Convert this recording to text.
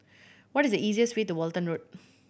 what is the easiest way to Walton Road